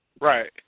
Right